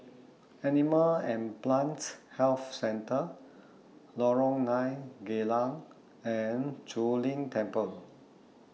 Animal and Plants Health Centre Lorong nine Geylang and Zu Lin Temple